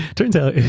turns out,